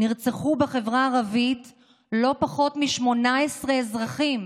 נרצחו בחברה הערבית לא פחות מ-18 אזרחים,